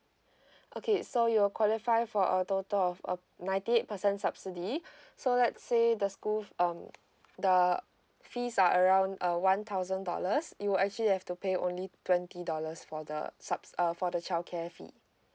okay so you're qualify for a total of uh ninety eight percent subsidy so let's say the school um the fees are around uh one thousand dollars you'll actually have to pay only twenty dollars for the subs uh for the childcare fee